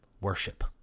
worship